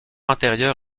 intérieur